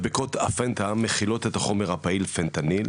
מדבקות הפנטה מכילות את החומר הפעיל פנטניל,